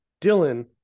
Dylan